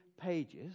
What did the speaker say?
pages